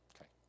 Okay